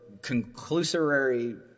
conclusory